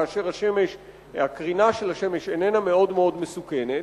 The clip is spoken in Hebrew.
כאשר הקרינה של השמש איננה מאוד מאוד מסוכנת.